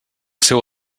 seu